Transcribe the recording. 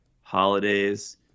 holidays